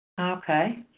Okay